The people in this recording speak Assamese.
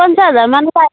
পঞ্চাশ হাজাৰ মান পায়